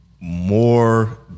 more